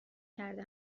کرده